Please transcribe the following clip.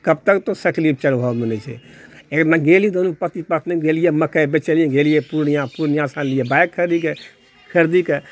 कब तक तो साइकली पर चढ़बहो बोलए छै एक बेरा गेली दुनू पति पत्नी गेलिऐ मकइ बेचलिऐ गेलीऐ पूर्णिया पूर्णियासंँ आनलिऐ बाइक खरीदके खरीदीके